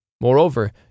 Moreover